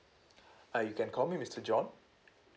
uh you can call me mister john